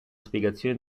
spiegazione